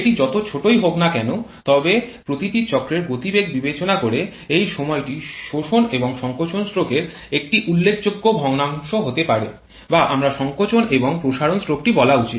এটি যত ছোটই হোক না কেন তবে প্রতিটি চক্রের গতিবেগ বিবেচনা করে এই সময়টি শোষণ বা সংকোচন স্ট্রোকের একটি উল্লেখযোগ্য ভগ্নাংশ হতে পারে বা আমার সংকোচন এবং প্রসারণ স্ট্রোকটি বলা উচিত